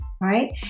right